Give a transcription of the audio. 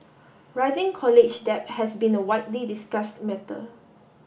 rising college debt has been a widely discussed matter